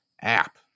app